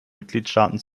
mitgliedstaaten